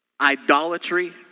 idolatry